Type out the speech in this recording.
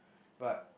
but